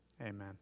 Amen